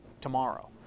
tomorrow